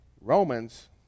Romans